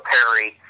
Perry